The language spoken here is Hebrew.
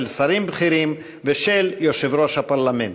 של שרים בכירים ושל יושב-ראש הפרלמנט.